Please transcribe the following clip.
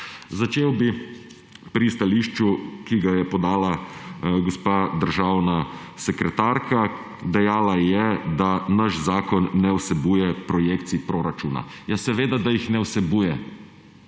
Začel bi pri stališču, ki ga je podala gospa državna sekretarka. Dejala je, da naš zakon ne vsebuje projekcij proračuna. Ja, seveda jih ne vsebuje.